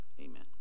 amen